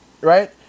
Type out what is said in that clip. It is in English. right